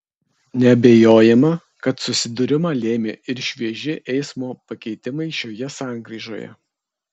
neabejojama kad susidūrimą lėmė ir švieži eismo pakeitimai šioje sankryžoje